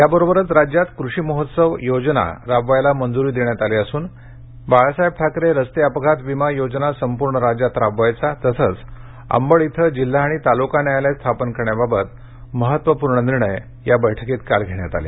याबरोबरच राज्यात कृषि महोत्सव योजना राबवायला मंजुरी देण्यात आली असून दिवंगत बाळासाहेब ठाकरे रस्ते अपघात विमा योजना संपूर्ण राज्यात राबवायचा तसंच अंबड इथं जिल्हा आणि तालुका न्यायालय स्थापन करण्याबाबत महत्त्वपूर्ण निर्णय काल मंत्रिमंडळ बैठकीत घेण्यात आले